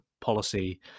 policy